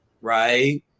right